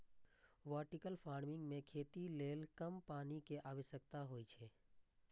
vertical farming मे खेती लेल कम पानि के आवश्यकता होइ छै